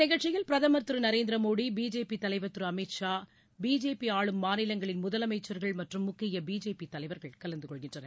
நிகழ்ச்சியில் திரு நரேந்திர மோடி பிஜேபி தலைவர் இந்த திரு அமித் ஷா பிஜேபி ஆளும் மாநிலங்களின் முதலமைச்சர்கள் மற்றும் முக்கிய பிஜேபி தலைவர்கள் கலந்துகொள்கின்றனர்